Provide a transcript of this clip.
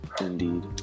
Indeed